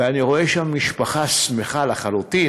ואני רואה שם משפחה שמחה לחלוטין.